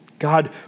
God